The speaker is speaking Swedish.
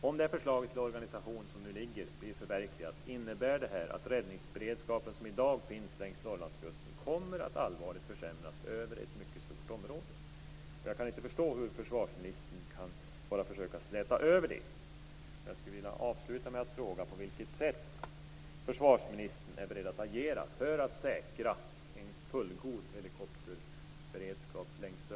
Om det förslag till organisation som nu ligger blir förverkligat innebär det att den räddningsberedskap som i dag finns längs Norrlandskusten kommer att allvarligt försämras över ett mycket stort område. Jag kan inte förstå hur försvarsministern bara kan försöka släta över det.